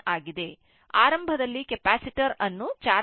ಆದ್ದರಿಂದ ಆರಂಭದಲ್ಲಿ ಕೆಪಾಸಿಟರ್ ಅನ್ನು ಚಾರ್ಜ್ ಮಾಡಲಾಗಿಲ್ಲ